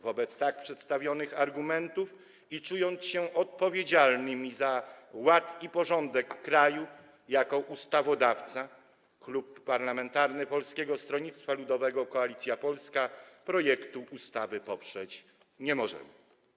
Wobec tak przedstawionych argumentów, czując się odpowiedzialnym za ład i porządek w kraju, jako ustawodawca Klub Parlamentarny Polskie Stronnictwo Ludowe - Koalicja Polska projektu ustawy poprzeć nie może.